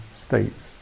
states